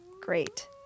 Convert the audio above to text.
great